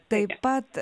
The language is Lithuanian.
taip pat